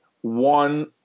One